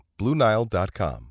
BlueNile.com